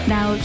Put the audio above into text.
Now